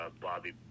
Bobby